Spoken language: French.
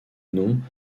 noms